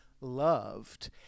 loved